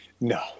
No